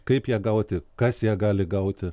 kaip ją gauti kas ją gali gauti